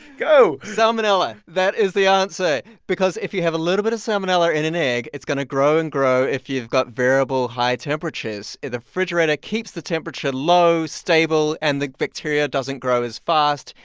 go salmonella that is the answer because if you have a little bit of salmonella in an egg, it's going to grow and grow if you've got variable high temperatures. the refrigerator keeps the temperature low, stable, and the bacteria doesn't grow as fast.